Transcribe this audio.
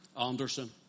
Anderson